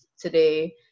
today